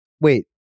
wait